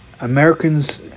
Americans